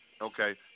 Okay